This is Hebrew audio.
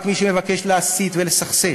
רק מי שמבקש להסית ולסכסך,